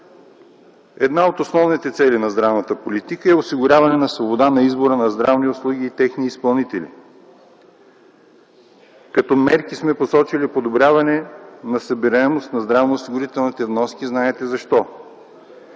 Една от основните цели на здравната политика е осигуряване на свобода на избора на здравни услуги и техни изпълнители. Като мерки сме посочили: - Подобряване на събираемостта на здравно осигурителните вноски. Знаете защо.